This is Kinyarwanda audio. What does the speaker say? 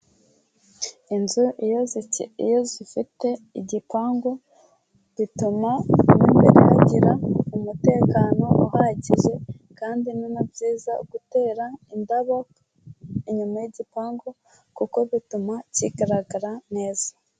Inzu iyo zifite igipangu, bituma mo imbere hagira umutekano uhagije, kandi ni na byiza gutera indabo inyuma y'igipangu kuko bituma kigaragara neza.